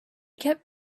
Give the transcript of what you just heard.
kept